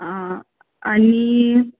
आं आनी